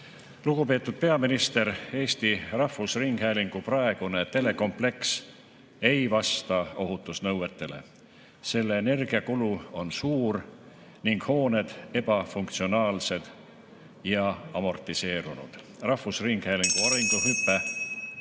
Lugupeetud peaminister, Eesti Rahvusringhäälingu praegune telekompleks ei vasta ohutusnõuetele, selle energiakulu on suur ning hooned ebafunktsionaalsed ja amortiseerunud. (Juhataja helistab